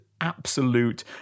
absolute